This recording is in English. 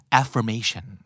affirmation